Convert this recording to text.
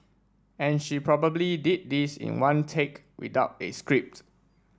and she probably did this in one take without a script